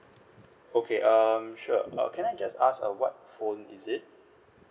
okay um sure can I just ask err what phone is it